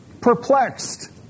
perplexed